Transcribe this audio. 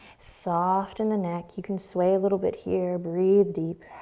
soft in the neck, you can sway a little bit here. breathe deep.